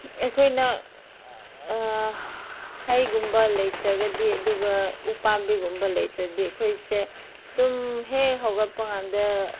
ꯑꯩꯈꯣꯏꯅ ꯍꯩꯒꯨꯝꯕ ꯂꯩꯇ꯭ꯔꯒꯗꯤ ꯑꯗꯨꯒ ꯎ ꯄꯥꯝꯕꯤꯒꯨꯝꯕ ꯂꯩꯇ꯭ꯔꯗꯤ ꯑꯩꯈꯣꯏ ꯑꯩꯈꯣꯏꯁꯦ ꯇꯨꯝ ꯍꯦꯛ ꯍꯧꯒꯠꯄꯀꯥꯟꯗ